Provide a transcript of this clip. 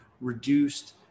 reduced